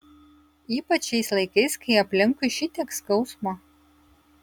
ypač šiais laikais kai aplinkui šitiek skausmo